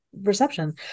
reception